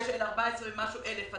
--- התקרה היא 14 ומשהו אלף.